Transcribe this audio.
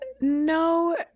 No